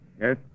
Yes